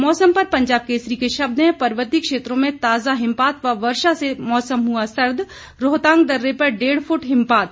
मौसम पर पंजाब केसरी के शब्द हैं पर्वतीय क्षेत्रों में ताजा हिमपात व वर्षा से मौसम हुआ सर्द रोहतांग दर्रे पर डेढ़ फूट हिमपात